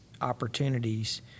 opportunities